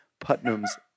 Putnam's